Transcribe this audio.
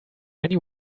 many